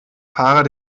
fahrer